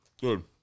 good